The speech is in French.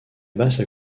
basse